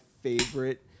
favorite